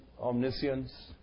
omniscience